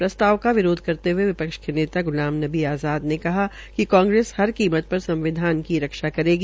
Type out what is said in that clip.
प्रस्ताव का विरोध करते हये विपक्ष के नेता गूलाम नवी आज़ाद ने कहा कि कांग्रेस हर कीम पर संविधान की रक्षा करेगी